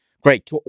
Great